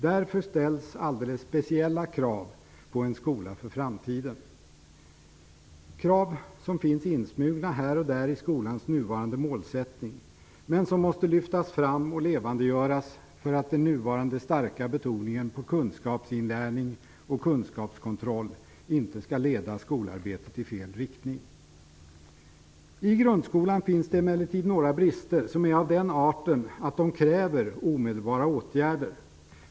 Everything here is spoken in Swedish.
Därför ställs alldeles speciella krav på en skola för framtiden - krav som finns insmugna här och där i skolans nuvarande målsättning, men som måste lyftas fram och levandegöras för att den nuvarande starka betoningen på kunskapsinlärning och kunskapskontroll inte skall leda skolarbetet i fel riktning. I grundskolan finns det emellertid några brister som är av den arten att de kräver omedelbara åtgärder.